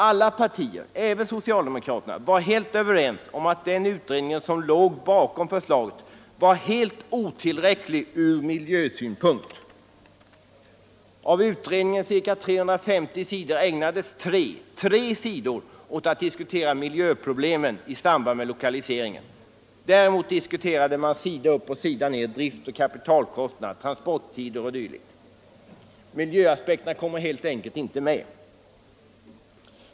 Alla partier — även socialdemokraterna — var helt överens om att den utredning som låg bakom förslaget var helt otillräcklig från miljösynpunkt. Av utredningens cirka 350 sidor ägnades endast tre sidor åt att diskutera miljöproblemen i samband med lokalisering. Däremot diskuterar man sida upp och sida ner driftoch kapitalkostnader, transporttider o. d. Miljöaspekterna kom helt enkelt inte med.